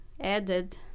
added